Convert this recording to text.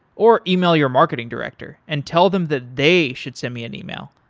or email your marketing director and tell them that they should send me an email,